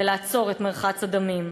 ולעצור את מרחץ הדמים.